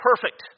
Perfect